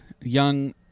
young